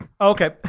Okay